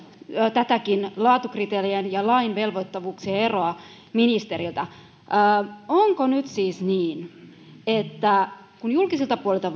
tätä laatukriteerien ja lain velvoittavuuksien eroa onko nyt siis niin että kun julkiselta puolelta